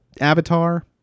Avatar